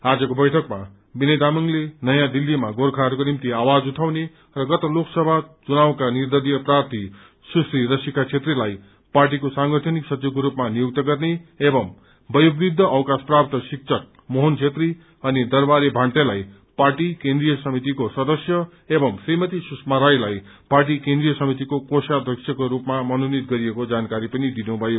आजको बैठकमा विनय तामाडले नयाँ दिल्लेमा गोर्खाहरूको निम्ति आवाज उठाउने र गत लोकसभा चुनावका निर्दलीय प्रार्थी सुश्री रसिका छेत्रीलाई पार्टीको सांगठनिक सचिवको रूपमा नियुक्त गर्ने एंव बयोवृद्ध अवकाश प्राप्त शिक्षक मोहन छेत्री अनि दरवारे भान्टेलाई पार्टी केन्द्रीय समितिको सदस्य एवं श्रीमती सुषमा राईलाई पार्टी केन्द्रीय समितिको कोषाध्यक्षको रूपमा मनोनित गरिएको जानकारी पनि दिनु भयो